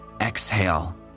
Exhale